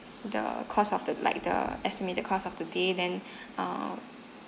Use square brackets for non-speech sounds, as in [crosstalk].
the cost of the like the estimated cost of the day then [breath] uh